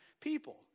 people